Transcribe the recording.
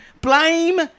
Blame